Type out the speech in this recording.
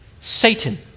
Satan